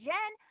Jen